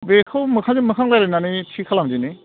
बेखौ मोखांजों मोखां रायलायनानै थि खालामदिनि